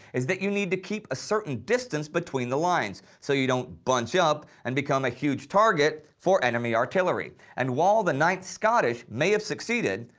is that you need to keep a certain distance between the lines so you don't bunch up and become a huge target for enemy artillery, and while the ninth scottish may have succeeded,